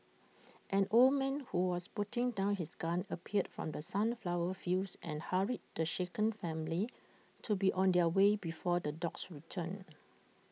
an old man who was putting down his gun appeared from the sunflower fields and hurried the shaken family to be on their way before the dogs return